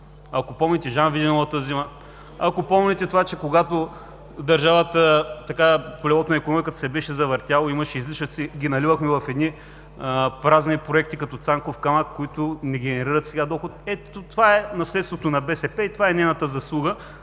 ако помните Жан Виденовата зима, ако помните това, че когато в държавата колелото на икономиката се беше завъртяло и имаше излишъци ги наливахме в едни празни проекти като „Цанков камък“, които не генерират сега доход?! Ето, това е наследството на БСП и това е нейната заслуга